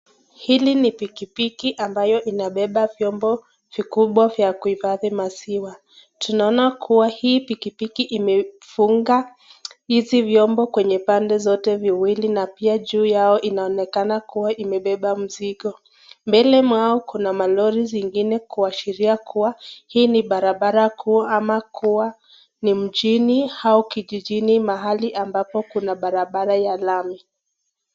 Hili ni pikipiki ambayo inabeba vyombo vikubwa vya kuifadhi maziwa, tunaona kuwa hii pikipiki imefunga hizi vyombo kwenye pande zote viwili, na pia juu yao inaonekana kuwa imebeba mzigo. Mbele yao kuna malori zingine kuashiria kuwa hii ni barabara kuu ama kuwa ni mjini au kijijini ambapo kuna barabara ya lami.